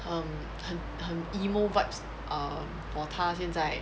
很很很 emo vibes err for 他现在